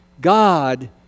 God